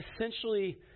essentially